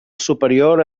superior